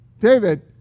David